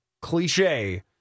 cliche